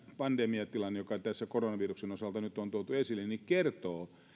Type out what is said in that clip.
pandemiatilanne joka tässä koronaviruksen osalta nyt on tuotu esille kertoo